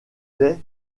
laid